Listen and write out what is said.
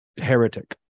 heretic